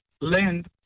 land